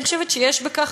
אני חושבת שיש בכך,